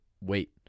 wait